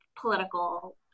political